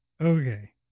Okay